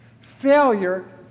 Failure